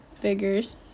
figures